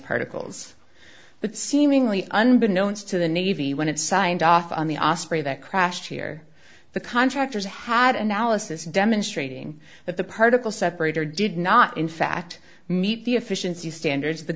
particles but seemingly unbeknownst to the navy when it signed off on the osprey that crashed here the contractors had analysis demonstrating that the particle separator did not in fact meet the efficiency standards of the